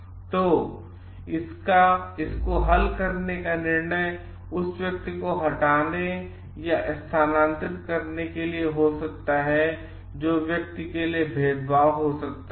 तो तो इसको हल करने का निर्णय इस व्यक्ति को हटाने या स्थानांतरित करने के लिए हो सकता है जो व्यक्ति के लिए भेदभाव हो सकता है